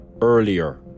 earlier